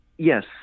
Yes